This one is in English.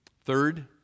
Third